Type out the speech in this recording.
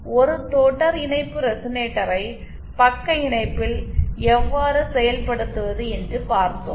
எனவே ஒரு தொடர் இணைப்பு ரெசனேட்டரை பக்க இணைப்பில் எவ்வாறு செயல்படுத்துவது என்று பார்த்தோம்